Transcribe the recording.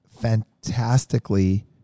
fantastically